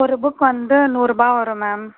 ஒரு புக் வந்து நூறுரூபா வரும் மேம்